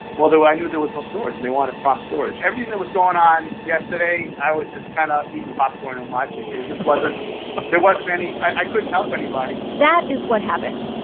well, though, i knew there was no storage. they wanted prompt storage. everything that was going on yesterday, i was just kind of eating popcorn and watching it just wasn't there wasn't any i couldn't help anybody that is what happened.